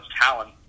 talent